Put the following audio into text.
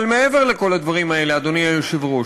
אבל מעבר לכל הדברים האלה, אדוני היושב-ראש,